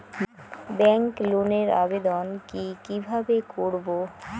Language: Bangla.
ব্যাংক লোনের আবেদন কি কিভাবে করব?